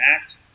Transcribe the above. act